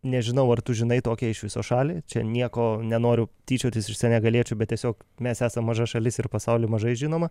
nežinau ar tu žinai tokią iš viso šalį čia nieko nenoriu tyčiotis iš senegaliečių bet tiesiog mes esam maža šalis ir pasauly mažai žinoma